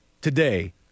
today